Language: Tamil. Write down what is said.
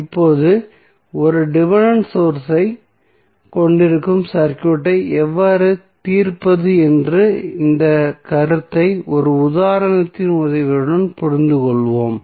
இப்போது ஒரு டிபென்டென்ட் சோர்ஸ் ஐக் கொண்டிருக்கும் சர்க்யூட்டை எவ்வாறு தீர்ப்பது என்ற இந்த கருத்தை ஒரு உதாரணத்தின் உதவியுடன் புரிந்துகொள்வோம்